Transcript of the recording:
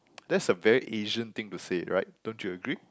that's a very Asian thing to say right don't you agree